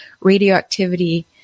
radioactivity